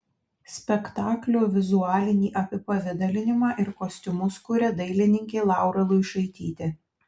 spektaklio vizualinį apipavidalinimą ir kostiumus kuria dailininkė laura luišaitytė